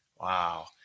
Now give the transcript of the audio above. Wow